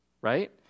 right